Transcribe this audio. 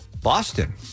Boston